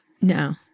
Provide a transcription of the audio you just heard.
No